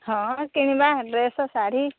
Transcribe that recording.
ହଁ କିଣିବା ଡ୍ରେସ୍ ଶାଢ଼ୀ